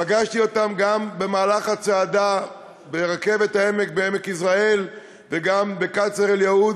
פגשתי אותן גם במהלך הצעדה של רכבת העמק בעמק-יזרעאל וגם בקאסר-אל-יהוד,